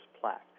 plaque